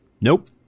Nope